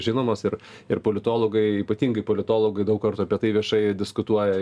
žinomos ir ir politologai ypatingai politologai daug kartų apie tai viešai diskutuoja